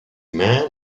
man